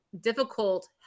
difficult